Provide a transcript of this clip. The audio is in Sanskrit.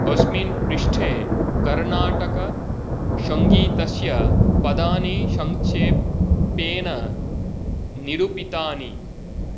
अस्मिन् पृष्ठे कर्णाटकसङ्गीतस्य पदानि संक्षेपेण निरूपितानि